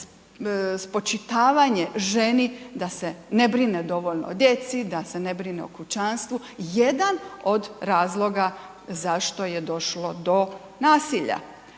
spočitavanje ženi da se ne brine dovoljno o djeci, da se ne brine o kućanstvu jedan od razloga zašto je došlo do nasilja.